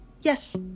Yes